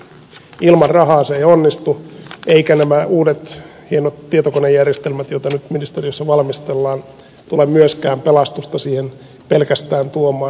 ilman rahaa se ei onnistu eivätkä nämä uudet hienot tietokonejärjestelmät joita nyt ministeriössä valmistellaan tule myöskään pelastusta siihen pelkästään tuomaan